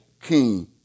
king